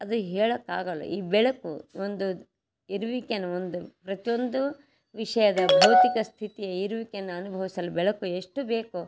ಅದು ಹೇಳೋಕ್ಕಾಗಲ್ಲ ಈ ಬೆಳಕು ಒಂದು ಇರುವಿಕೆಯನ್ನು ಒಂದು ಪ್ರತಿಯೊಂದು ವಿಷಯದ ಭೌತಿಕ ಸ್ಥಿತಿ ಇರುವಿಕೆಯನ್ನು ಅನುಭವಿಸಲು ಬೆಳಕು ಎಷ್ಟು ಬೇಕೋ